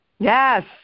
Yes